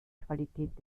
qualität